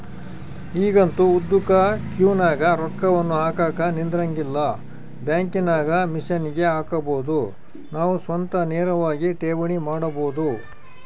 ಈಗಂತೂ ಉದ್ದುಕ ಕ್ಯೂನಗ ರೊಕ್ಕವನ್ನು ಹಾಕಕ ನಿಂದ್ರಂಗಿಲ್ಲ, ಬ್ಯಾಂಕಿನಾಗ ಮಿಷನ್ಗೆ ಹಾಕಬೊದು ನಾವು ಸ್ವತಃ ನೇರವಾಗಿ ಠೇವಣಿ ಮಾಡಬೊದು